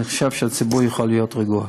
ואני חושב שהציבור יכול להיות רגוע.